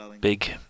big